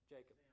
Jacob